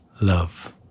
Love